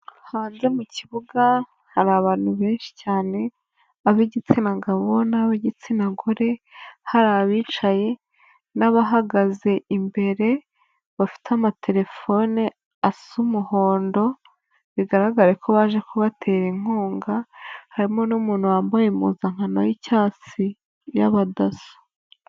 Hanze mu kibuga hari abantu benshi cyane ab'igitsina gabo n'ab'igitsina gore hari abicaye n'abahagaze imbere bafite amatelefone asa umuhondo bigaragare ko baje kubatera inkunga harimo n'umuntu wambaye impuzankano y'icyatsi y'abadaso.